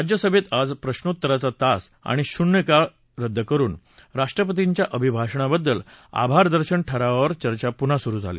राज्यसभेत आज प्रश्नोत्तराचा तास आणि शून्यकाळ रद्द करुन राष्ट्रपतींच्या अभिभाषणाबद्दल आभारदर्शन ठरावावर चर्चा पुन्हा सुरू झाली